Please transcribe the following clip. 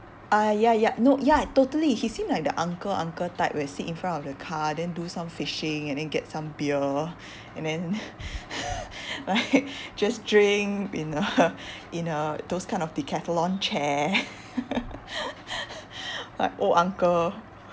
uh ya ya no ya totally he seem like the uncle uncle type where sit in front of the car then do some fishing and then get some beer and then right just drink in a in a those kind of decathlon chair like old uncle